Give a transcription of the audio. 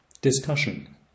Discussion